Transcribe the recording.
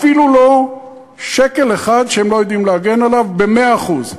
אפילו לא שקל אחד שהם לא יודעים להגן עליו במאה אחוז,